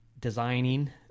designing